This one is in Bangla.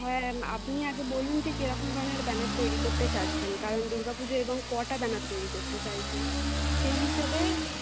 হ্যাঁ আপনি আগে বলুন যে কিরকম ধরনের ব্যানার তৈরি করতে চাচ্ছেন কারণ দুর্গা পুজো এবং কটা ব্যানার তৈরি করতে চাইছেন সেই হিসাবে